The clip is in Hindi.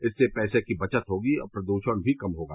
इससे पैसे की बवत होगी और प्रद्यण भी कम होगा